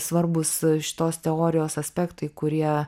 svarbūs šitos teorijos aspektai kurie